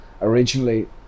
originally